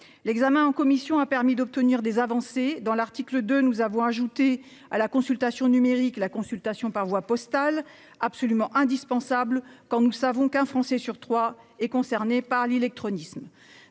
texte en commission a permis d'obtenir des avancées. À l'article 2, nous avons ajouté à la consultation numérique la consultation par voie postale, qui est absolument indispensable, sachant qu'un Français sur trois est concerné par l'illectronisme.